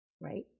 right